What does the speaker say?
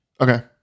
Okay